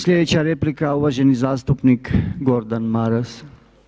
Sljedeća replika, uvaženi zastupnik Gordan Maras.